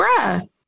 bruh